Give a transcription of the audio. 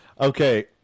Okay